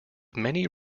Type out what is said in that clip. many